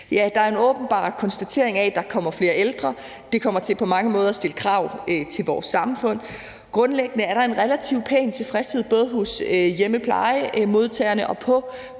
der er en åbenbar konstatering af, at der kommer flere ældre. Det kommer på mange måder til at stille krav til vores samfund. Grundlæggende er der en relativt pæn tilfredshed både hos hjemmeplejemodtagerne og på